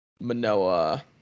Manoa